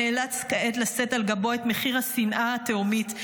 נאלץ כעת לשאת על גבו את מחיר השנאה התהומית,